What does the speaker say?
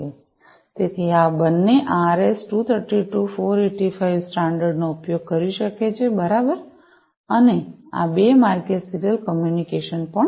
તેથી આ બંને આરએસ 232485 સ્ટાન્ડર્ડનો ઉપયોગ કરી શકે છે બરાબર અને આ બે માર્ગીય સીરીયલ કમ્યુનિકેશન પણ છે